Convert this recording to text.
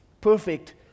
perfect